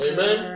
Amen